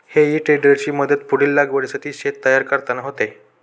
हेई टेडरची मदत पुढील लागवडीसाठी शेत तयार करताना होते